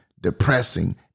depressing